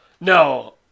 No